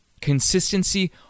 Consistency